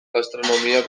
gastronomia